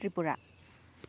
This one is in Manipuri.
ꯇ꯭ꯔꯤꯄꯨꯔꯥ